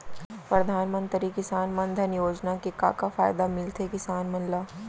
परधानमंतरी किसान मन धन योजना के का का फायदा मिलथे किसान मन ला?